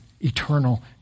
eternal